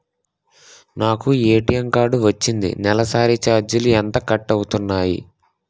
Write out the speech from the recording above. నాకు ATM card వచ్చింది నెలసరి ఛార్జీలు ఎంత కట్ అవ్తున్నాయి?